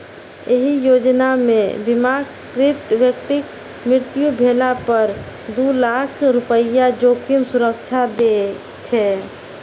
एहि योजना मे बीमाकृत व्यक्तिक मृत्यु भेला पर दू लाख रुपैया जोखिम सुरक्षा छै